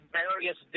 various